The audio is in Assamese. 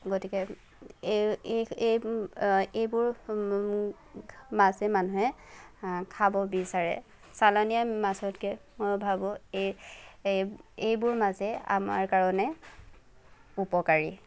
গতিকে এই এই এই এইবোৰ মাছে মানুহে খাব বিচাৰে চালানীয়া মাছতকে মই ভাৱোঁ এই এই এইবোৰ মাছে আমাৰ কাৰণে উপকাৰী